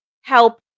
help